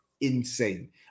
insane